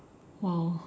!wow!